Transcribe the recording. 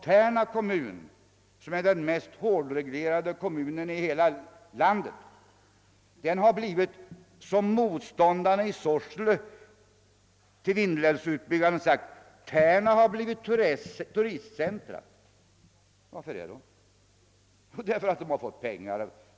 Tärna kommun, den mest hårt reglerade i hela landet, har, såsom motståndarna i Sorsele till Vindelälvens utbyggnad framhållit, blivit ett turistcentrum. Vad är då anledningen till detta?